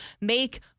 make